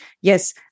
yes